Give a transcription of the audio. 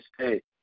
state